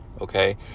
okay